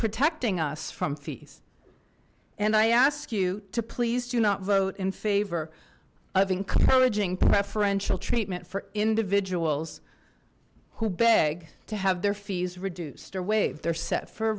protecting us from fees and i ask you to please do not vote in favor of encouraging preferential treatment for individuals who beg to have their fees reduced or waive they're set for a